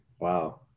wow